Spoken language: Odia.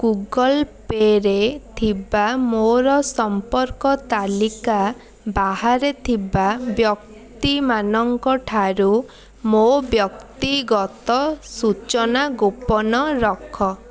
ଗୁଗଲ୍ପେରେ ଥିବା ମୋର ସମ୍ପର୍କ ତାଲିକା ବାହାରେ ଥିବା ବ୍ୟକ୍ତିମାନଙ୍କ ଠାରୁ ମୋ ବ୍ୟକ୍ତିଗତ ସୂଚନା ଗୋପନ ରଖ